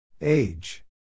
Age